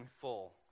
full